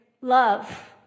love